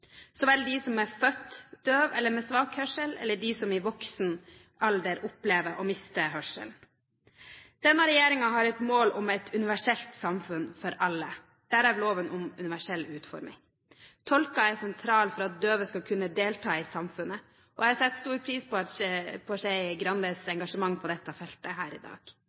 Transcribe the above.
de som er født døve eller med svak hørsel, så vel som de som i voksen alder opplever å miste hørselen. Denne regjeringen har et mål om et universelt samfunn for alle, derav loven om universell utforming. Tolker er sentrale for at døve skal kunne delta i samfunnet, og jeg setter stor pris på Skei Grandes engasjement på dette feltet her i dag.